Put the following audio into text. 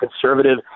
conservative